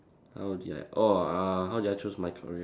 how did I oh uh how did I choose my career